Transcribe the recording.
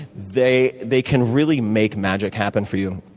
they they can really make magic happen for you.